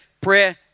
Prayer